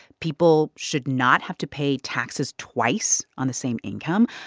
people should not have to pay taxes twice on the same income.